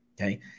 Okay